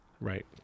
Right